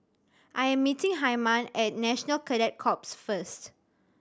I am meeting Hyman at National Cadet Corps first